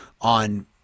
on